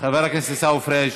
חבר הכנסת עיסאווי פריג',